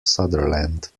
sutherland